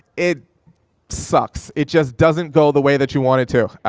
it sucks. it just doesn't go the way that you want it to.